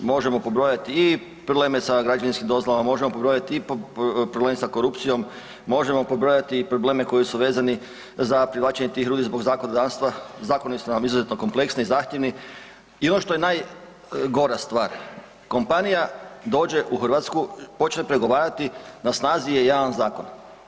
Možemo pobrojati i probleme sa građevinskim dozvolama, možemo pobrojati i problem sa korupcijom, možemo pobrojati i probleme koji su vezano za privlačenje tih ljudi zbog zakonodavstva, zakoni su nam izuzetno kompleksni, zahtjevni i ono što je najgora stvar, kompanija dođe u Hrvatsku, počne pregovarati, na snazi je jedan zakon.